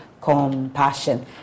compassion